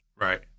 Right